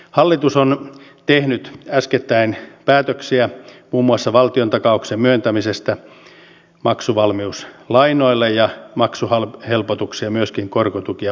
hallitus on tehnyt äskettäin päätöksiä muun muassa valtiontakauksen myöntämisestä maksuvalmiuslainoille ja maksuhelpotuksista myös korkotuki ja valtionlainoille